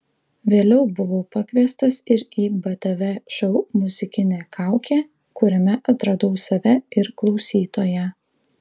vėliau buvau pakviestas ir į btv šou muzikinė kaukė kuriame atradau save ir klausytoją